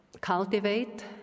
cultivate